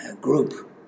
group